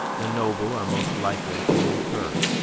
the noble are most likely to incur.